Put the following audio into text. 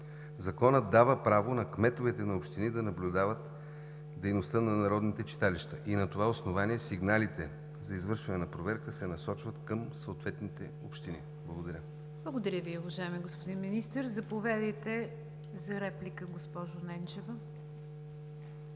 Законът дава право на кметовете на общини да наблюдават дейността на народните читалища. На това основание сигналите за извършване на проверка се насочват към съответните общини. Благодаря. ПРЕДСЕДАТЕЛ НИГЯР ДЖАФЕР: Благодаря Ви, уважаеми господин Министър. Заповядайте за реплика, госпожо Ненчева.